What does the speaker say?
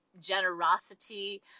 generosity